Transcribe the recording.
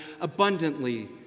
abundantly